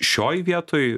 šioj vietoj